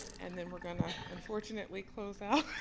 and then we're going to unfortunately close out,